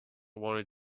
wanted